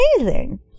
amazing